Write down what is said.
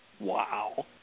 wow